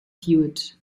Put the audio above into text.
hewitt